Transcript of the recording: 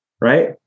right